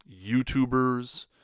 YouTubers